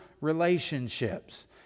relationships